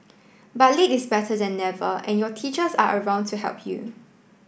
but late is better than never and your teachers are around to help you